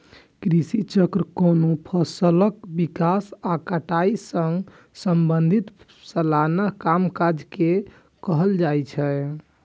कृषि चक्र कोनो फसलक विकास आ कटाई सं संबंधित सलाना कामकाज के कहल जाइ छै